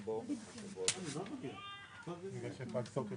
היום י"ח בשבט תשפ"ב,